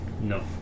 No